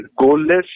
goalless